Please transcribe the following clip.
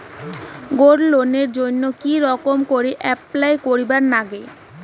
Gold লোনের জইন্যে কি রকম করি অ্যাপ্লাই করিবার লাগে?